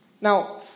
Now